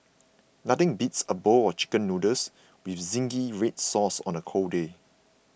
nothing beats a bowl of Chicken Noodles with Zingy Red Sauce on a cold day